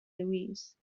louise